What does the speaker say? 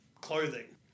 clothing